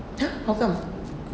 !huh! how come